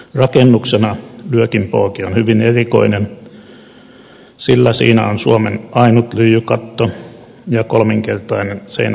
rakennuksena lyökin pooki on hyvin erikoinen sillä siinä on suomen ainut lyijykatto ja kolminkertainen seinärakenne